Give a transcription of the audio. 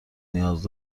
نیاز